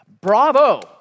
Bravo